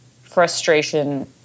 frustration